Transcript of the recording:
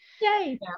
Yay